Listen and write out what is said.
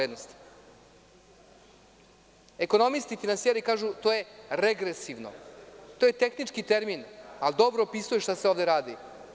Ekonomisti i finansijeri kažu, to je regresivno, to je tehnički termin, ali dobro opisuje šta se ovde radi.